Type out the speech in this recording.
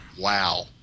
Wow